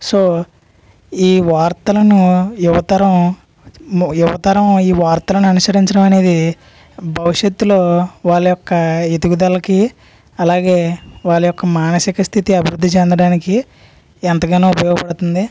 so ఈ వార్తలను యువతరం యువతరం ఈ వార్తలను అనుసరించడం అనేది భవిష్యత్తులో వాళ్ళ యొక్క ఎదుగుదలకి అలాగే వాళ్ళ యొక్క మానసిక స్థితి అభివృద్ధి చెందడానికి ఎంతగానో ఉపయోగపడుతుంది